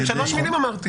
רק שלוש מילים אמרתי.